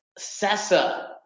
Sessa